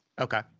Okay